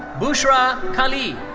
bushra khalid.